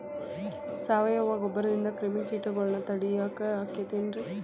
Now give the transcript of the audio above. ಸಾವಯವ ಗೊಬ್ಬರದಿಂದ ಕ್ರಿಮಿಕೇಟಗೊಳ್ನ ತಡಿಯಾಕ ಆಕ್ಕೆತಿ ರೇ?